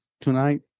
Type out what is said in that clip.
tonight